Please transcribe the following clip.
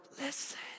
listen